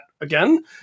again